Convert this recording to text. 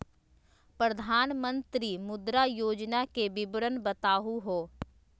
प्रधानमंत्री मुद्रा योजना के विवरण बताहु हो?